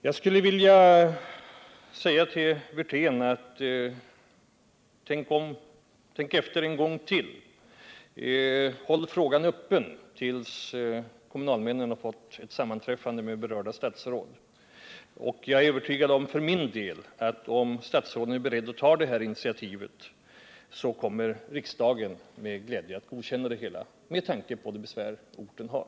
Jag skulle vilja säga till Rolf Wirtén: Tänk efter en gång till! Håll frågan öppen tills kommunalmännen har fått sammanträffa med berörda statsråd! Jag är för min del övertygad om att om statsråden är beredda att ta av mig begärt initiativ, så kommer riksdagen med glädje att godkänna det, med tanke på de besvär orten har.